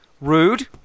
Rude